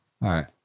right